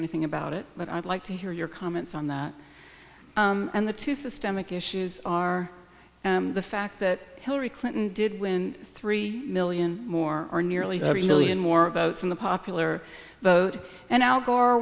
anything about it but i'd like to hear your comments on that and the two systemic issues are and the fact that hillary clinton did win three million more or nearly three million more votes in the popular vote and al gore